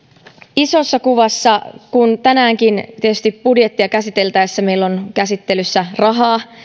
isossa kuvassa kun tänäänkin tietysti budjettia käsiteltäessä meillä on käsittelyssä rahaa